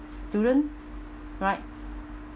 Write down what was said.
student right